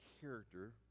character